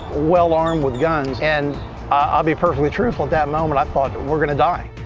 well armed with guns. and i'll be perfectly truthful. at that moment, i thought, we're going to die.